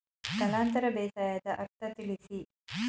ಸ್ಥಳಾಂತರ ಬೇಸಾಯದ ಅರ್ಥ ತಿಳಿಸಿ?